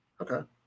Okay